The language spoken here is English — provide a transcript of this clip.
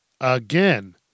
again